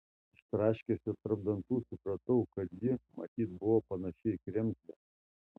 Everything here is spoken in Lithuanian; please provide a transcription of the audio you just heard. iš traškesio tarp dantų supratau kad ji matyt buvo panaši į kremzlę